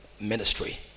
ministry